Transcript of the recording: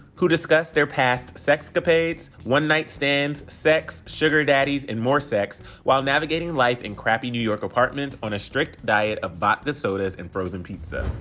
who discuss their past sexcapades, one-night-stands, sex, sugar daddies, and more sex while navigating life in crappy new york apartments on a strict diet of but vodka sodas and frozen pizza.